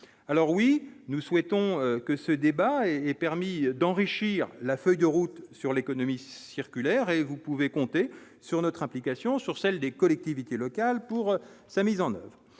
alors oui, nous souhaitons que ce débat est et permis d'enrichir la feuille de route sur l'économie circulaire et vous pouvez compter sur notre application sur celle des collectivités locales pour sa mise en oeuvre,